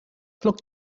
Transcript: pluck